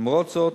למרות זאת,